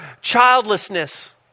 childlessness